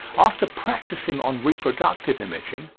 after practising on reproductive imaging,